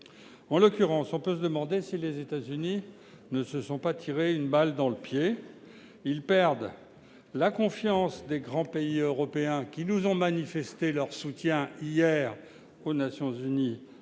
En l'occurrence, on peut se demander si les États-Unis ne se sont pas tiré une balle dans le pied. Ils perdent la confiance des grands pays européens, qui nous ont manifesté leur soutien hier à l'occasion de